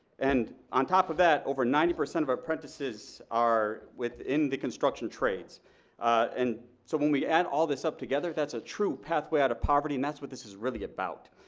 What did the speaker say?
and on top of that over ninety percent of apprentices are within the construction trades and so when we add all this up together that's a true pathway out of poverty and that's what this is really about.